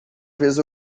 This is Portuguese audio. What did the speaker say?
vez